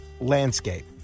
landscape